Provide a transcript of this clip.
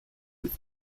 with